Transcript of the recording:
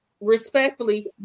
respectfully